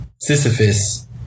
Sisyphus